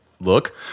look